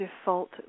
default